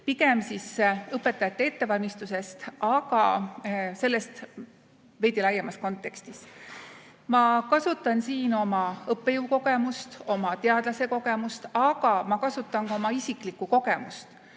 pigem õpetajate ettevalmistusest, aga sellest veidi laiemas kontekstis. Ma kasutan siin oma õppejõu kogemust, oma teadlase kogemust, aga ma kasutan ka oma isiklikku kogemust,